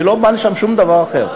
אני לא בא לשם שום דבר אחר.